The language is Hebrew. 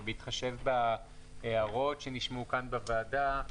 ובהתחשב בהערות שנשמעו כאן בוועדה,